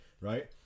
Right